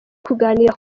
kuganira